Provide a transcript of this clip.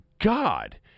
god